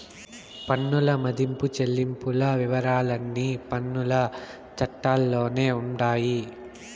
పన్నుల మదింపు చెల్లింపుల వివరాలన్నీ పన్నుల చట్టాల్లోనే ఉండాయి